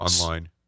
online